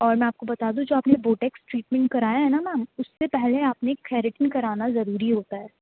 اور میں آپ کو بتا دوں جو آپ نے بوٹیکس ٹریٹمنٹ کرایا ہے نا میم اس سے پہلے آپ نے کیریٹن کرانا ضروری ہوتا ہے